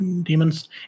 demons